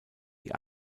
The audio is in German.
die